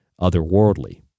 otherworldly